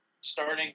starting